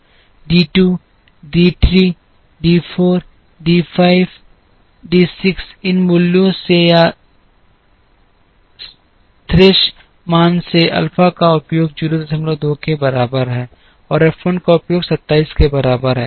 D 2 D 3 D 4 D 5 D 6 इन मूल्यों से या थ्रेश मान से अल्फा का उपयोग 02 के बराबर है और F 1 का उपयोग 27 के बराबर है